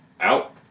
out